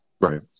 Right